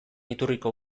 iturriko